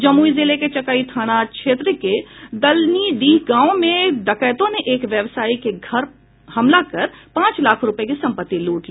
जमुई जिले के चकाई थाना क्षेत्र के दलनीडीह गांव में डकैतों ने एक व्यवसायी के घर हमला कर पांच लाख रूपये की संपत्ति लूट ली